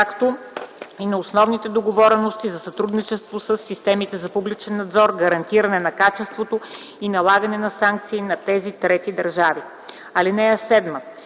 както и за основните договорености за сътрудничество със системите за публичен надзор, гарантиране на качеството и налагане на санкции на тези трети държави. (7)